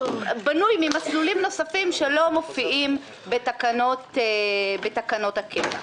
בנוי ממסלולים נוספים שלא מופיעים בתקנות הקבע.